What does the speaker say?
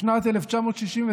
בשנת 1969,